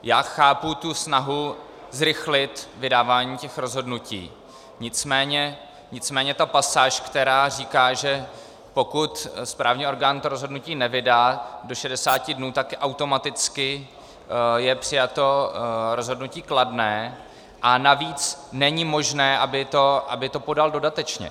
Já chápu snahu zrychlit vydávání těch rozhodnutí, nicméně ta pasáž, která říká, že pokud správní orgán to rozhodnutí nevydá do 60 dnů, tak automaticky je přijato rozhodnutí kladné, a navíc není možné, aby to podal dodatečně.